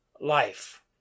life